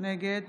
נגד